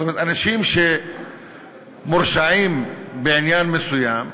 זאת אומרת, אנשים שמורשעים בעניין מסוים,